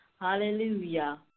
Hallelujah